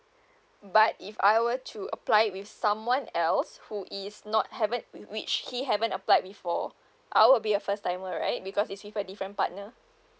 but if I were to apply with someone else who is not haven't which he haven't applied before I will be a first timer right because it's with a different partner